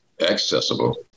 accessible